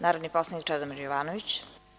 Narodni poslanik Čedomir Jovanović.